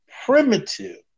Primitive